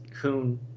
coon